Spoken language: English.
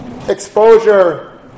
Exposure